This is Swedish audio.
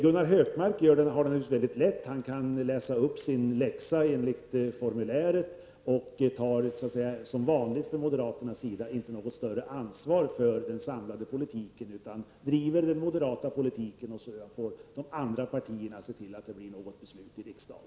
Gunnar Hökmark gör det lätt för sig. Han läser upp sin läxa enligt formuläret och tar som vanligt när det gäller moderaterna inte något större ansvar för den samlade politiken. Han driver den moderata politiken, och sedan får de andra partierna se till att det fattas ett beslut i riksdagen.